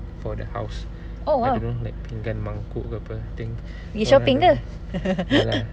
for the house I don't know like pinggan mangkuk ke apa think whatever ya lah